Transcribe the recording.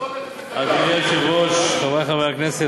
אדוני היושב-ראש, חברי חברי הכנסת,